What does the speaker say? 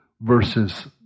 versus